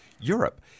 Europe